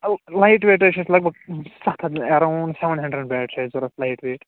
او light weight حظ چھِ اَسہِ لَگ بَگ سَتھ ہَتھ ایراوُنٛڈ سیوَن ہنٛڈرَنٛڈ بیٹ چھِ اَسہِ ضروٗرت لایِٹ ویٹ